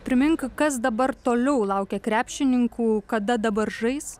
primink kas dabar toliau laukia krepšininkų kada dabar žais